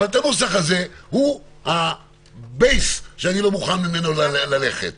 אבל הנוסח הזה הוא הבייס שאני לא מוכן ללכת ממנו.